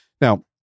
Now